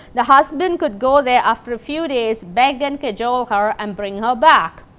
the husband could go there after a few days, beg and cajole her and bring her back.